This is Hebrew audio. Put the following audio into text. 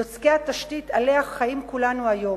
יוצקי התשתית שעליה חיים כולנו היום.